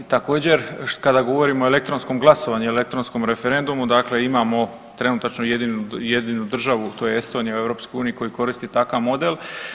A također kada govorimo o elektronskom glasovanju i elektronskom referendumu dakle imamo trenutačno jedinu državu to je Estonija u EU koja koristi takav model.